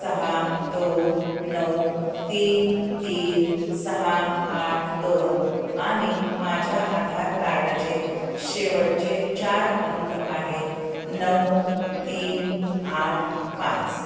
सहा दोन नऊ तीन तीन सहा आठ दोन आणि माझ्या आधार कार्डचे शेवटचे चार अंक आहेत नऊ तीन आठ पाच